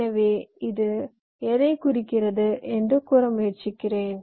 எனவே இது எதைக் குறிக்கிறது என்று கூற முயற்சிக்கிறேன்